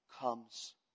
comes